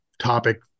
topic